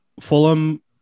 Fulham